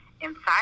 inside